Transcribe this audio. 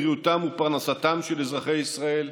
בריאותם ופרנסתם של אזרחי ישראל,